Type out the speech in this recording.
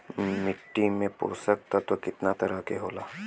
मिट्टी में पोषक तत्व कितना तरह के होला?